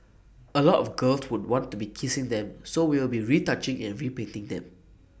A lot of girls would want to be kissing them so we will be retouching and repainting them